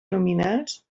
nominals